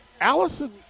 Allison